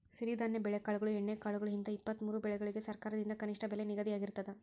ಸಿರಿಧಾನ್ಯ ಬೆಳೆಕಾಳುಗಳು ಎಣ್ಣೆಕಾಳುಗಳು ಹಿಂತ ಇಪ್ಪತ್ತಮೂರು ಬೆಳಿಗಳಿಗ ಸರಕಾರದಿಂದ ಕನಿಷ್ಠ ಬೆಲೆ ನಿಗದಿಯಾಗಿರ್ತದ